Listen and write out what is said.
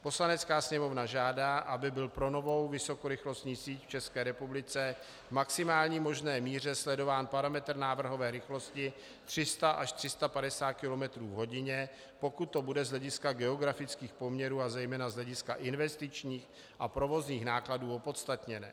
Poslanecká sněmovna žádá, aby byl pro novou vysokorychlostní síť v ČR v maximální možné míře sledován parametr návrhové rychlosti 300 až 350 kilometrů v hodině, pokud to bude z hlediska geografických poměrů a zejména z hlediska investičních a provozních nákladů opodstatněné.